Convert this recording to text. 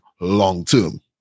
long-term